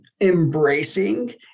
embracing